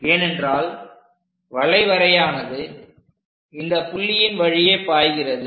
ஏனென்றால் வளைவரையானது இந்தப் புள்ளியின் வழியே பாய்கிறது